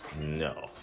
no